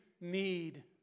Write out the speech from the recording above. need